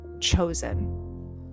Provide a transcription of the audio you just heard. chosen